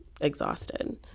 Exhausted